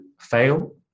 fail